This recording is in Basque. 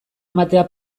ematea